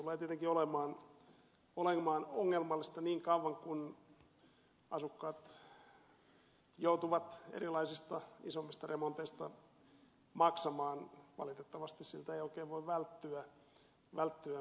se tulee tietenkin olemaan ongelmallista niin kauan kuin asukkaat joutuvat erilaisista isommista remonteista maksamaan valitettavasti siltä ei oikein voi välttyä